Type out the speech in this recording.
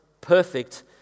perfect